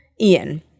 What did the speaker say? Ian